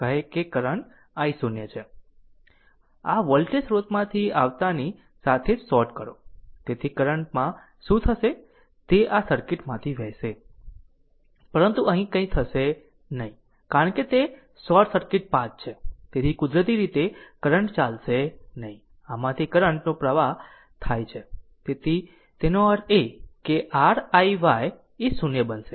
આ વોલ્ટેજ સ્ત્રોતમાંથી આવતાની સાથે જ શોર્ટ કરો તેથી કરંટ માં શું થશે તે આ સર્કિટ માંથી વહેશે પરંતુ અહીં કંઇ હશે નહીં કારણ કે તે એક શોર્ટ સર્કિટ પાથ છે તેથી કુદરતી રીતે કરંટ ચાલશે નહીં આમાંથી કરંટ નો પ્રવાહ થાય છે તેનો અર્થ એ કે r iy એ 0 બનશે